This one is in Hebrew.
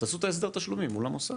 תעשו את ההסדר תשלומים מול המוסד.